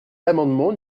l’amendement